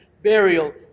burial